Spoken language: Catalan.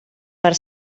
per